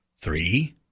three